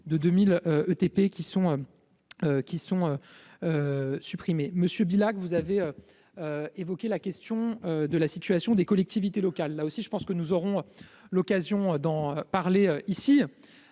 de 2000 TP qui sont, qui sont supprimés, monsieur Villach, vous avez évoqué la question de la situation des collectivités locales, là aussi, je pense que nous aurons l'occasion d'en parler ici,